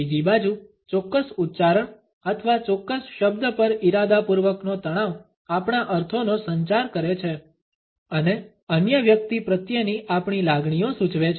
બીજી બાજુ ચોક્કસ ઉચ્ચારણ અથવા ચોક્કસ શબ્દ પર ઇરાદાપૂર્વકનો તણાવ આપણા અર્થોનો સંચાર કરે છે અને અન્ય વ્યક્તિ પ્રત્યેની આપણી લાગણીઓ સૂચવે છે